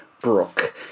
Brooke